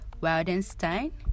Wildenstein